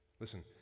Listen